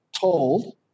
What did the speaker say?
told